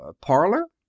parlor